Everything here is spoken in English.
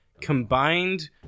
combined